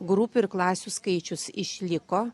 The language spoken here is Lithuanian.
grupių ir klasių skaičius išliko